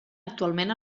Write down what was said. actualment